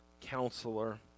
Counselor